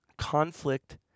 Conflict